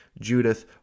Judith